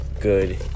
good